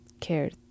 cared